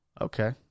Okay